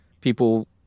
people